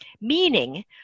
meaning